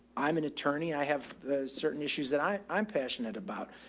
i'm an attorney. i have the certain issues that i, i'm passionate about.